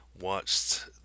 watched